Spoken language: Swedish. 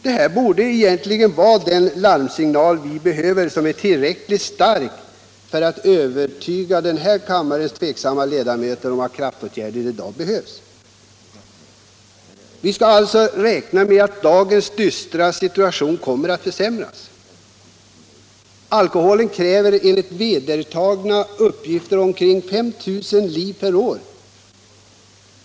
Detta borde egentligen vara en larmsignal som är tillräckligt stark för att övertyga den här kammarens tveksamma ledamöter om att kraftåtgärder behövs. Vi skall alltså räkna med att dagens dystra situation kommer att försämras. Alkoholen kräver enligt vedertagna uppgifter omkring 5 000 liv per år.